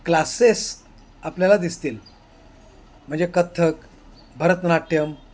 classes आपल्याला दिसतील म्हणजे कथ्थक भरतनाट्यम